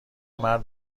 مرد